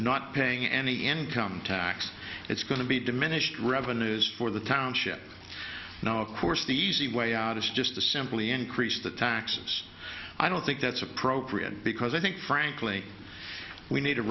not paying any income tax it's going to be diminished revenues for the township now of course the easy way out is just to simply increase the taxes i don't think that's appropriate because i think frankly we need a